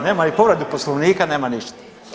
Nema ni povredu Poslovnika, nema ništa.